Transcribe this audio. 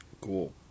Cool